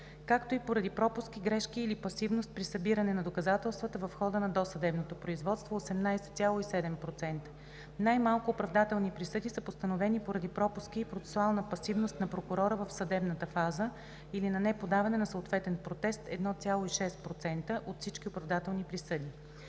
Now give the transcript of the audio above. както и поради пропуски, грешки или пасивност при събиране на доказателствата в хода на досъдебното производство – 18,7%. Най-малко оправдателни присъди са постановени поради пропуски и процесуална пасивност на прокурора в съдебната фаза или на неподаване на съответен протест – 1,6% от всички оправдателни присъди.